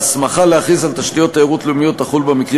ההסמכה להכריז על תשתיות תיירות לאומיות תחול במקרים